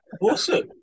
Awesome